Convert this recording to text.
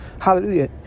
hallelujah